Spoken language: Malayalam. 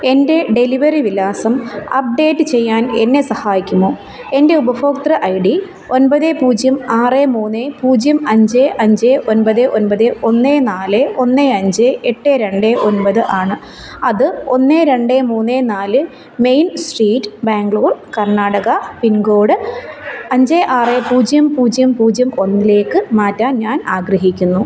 എൻ്റെ ഡെലിവറി വിലാസം അപ്ഡേറ്റ് ചെയ്യാൻ എന്നെ സഹായിക്കുമോ എൻ്റെ ഉപഭോക്തൃ ഐ ഡി ഒൻപത് പൂജ്യം ആറ് മൂന്ന് പൂജ്യം അഞ്ച് അഞ്ച് ഒൻപത് ഒൻപത് ഒന്ന് നാല് ഒന്ന് അഞ്ച് എട്ട് രണ്ട് ഒൻപത് ആണ് അത് ഒന്ന് രണ്ട് മൂന്ന് നാല് main street Bangalore Karnataka pincode അഞ്ച് ആറ് പൂജ്യം പൂജ്യം പൂജ്യം ഒന്നിലേക്ക് മാറ്റാൻ ഞാൻ ആഗ്രഹിക്കുന്നു